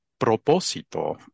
propósito